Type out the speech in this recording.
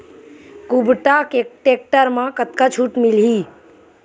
कुबटा टेक्टर म कतका छूट मिलही?